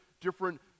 different